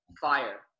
fire